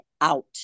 out